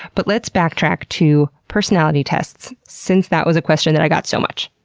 but let's backtrack to personality tests, since that was a question that i got so much.